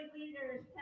leaders